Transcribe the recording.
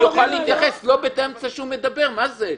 הוא יוכל להתייחס לא באמצע כשהוא מדבר, מה זה?